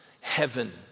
heaven